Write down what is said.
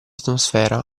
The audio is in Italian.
atmosfera